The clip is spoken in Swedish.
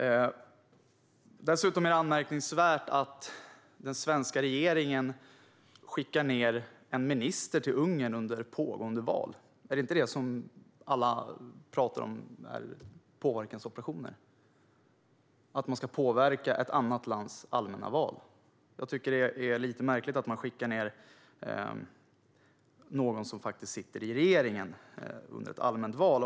Det är dessutom anmärkningsvärt att den svenska regeringen skickar en minister till Ungern under pågående val. Är inte det vad alla pratar om, det vill säga påverkansoperationer? Man påverkar ett annat lands allmänna val. Det är lite märkligt att man skickar ned någon som faktiskt sitter i regeringen under ett allmänt val.